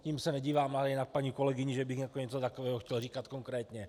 Tím se nedívám ale na paní kolegyni, že bych jako něco takového chtěl říkat konkrétně.